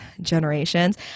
generations